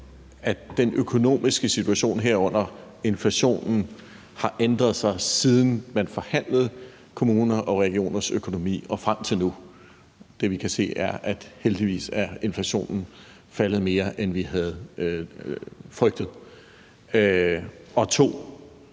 at den økonomiske situation her under inflationen har ændret sig, siden man forhandlede kommuner og regioners økonomi og frem til nu? Det, vi kan se, er, at inflationen heldigvis er faldet mere, end vi havde frygtet. Det